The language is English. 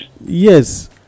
yes